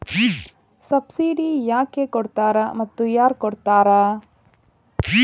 Subsidy ಯಾಕೆ ಕೊಡ್ತಾರ ಮತ್ತು ಯಾರ್ ಕೊಡ್ತಾರ್?